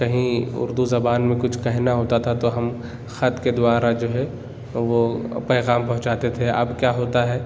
کہیں اردو زبان میں کچھ کہنا ہوتا تھا تو ہم خط کے دوارا جو ہے وہ پیغام پہنچاتے تھے اب کیا ہوتا ہے